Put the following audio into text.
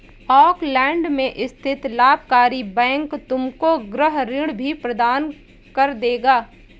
Auckland में स्थित लाभकारी बैंक तुमको गृह ऋण भी प्रदान कर देगा